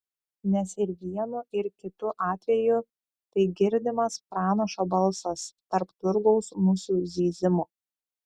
nes ir vienu ir kitu atveju tai girdimas pranašo balsas tarp turgaus musių zyzimo